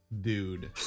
Dude